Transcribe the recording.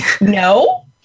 no